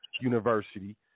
University